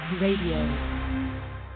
Radio